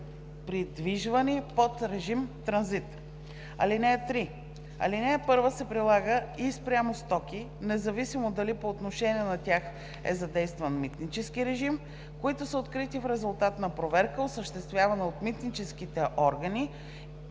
придвижвани под режим транзит. (3) Алинея 1 се прилага и спрямо стоки, независимо дали по отношение на тях е задействан митнически режим, които са открити в резултат на проверка, осъществявана от митническите органи